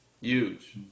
Huge